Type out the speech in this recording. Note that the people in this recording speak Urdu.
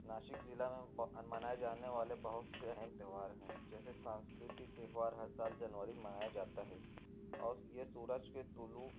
ناسک ضلع میں منائے جانے والے بہت سے اہم تہوار ہیں جیسے سنسکرتی تہوار ہر سال جنوری میں منایا جاتا ہے اور یہ سورج کے طلوع